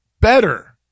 better